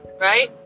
right